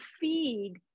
feed